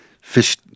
Fish